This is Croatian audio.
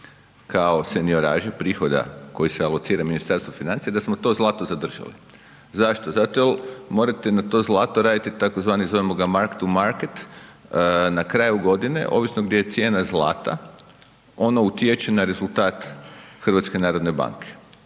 kao senioraže prihoda koji se alocira Ministarstvu financija da smo to zlato zadržali. Zašto? Zato jer morate na to zlato raditi tzv. „mark to market“ na kraju godine ovisno gdje je cijena zlata ono utječe na rezultat Hrvatske narodne banke.